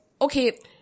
Okay